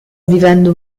vivendo